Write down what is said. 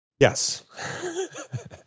Yes